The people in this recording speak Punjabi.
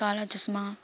ਕਾਲਾ ਚਸ਼ਮਾ